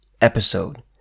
episode